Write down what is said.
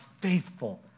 faithful